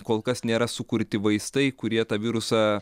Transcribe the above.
kol kas nėra sukurti vaistai kurie tą virusą